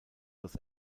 los